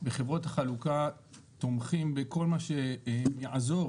חברות החלוקה תומכות בכל מה שיעזור